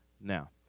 Now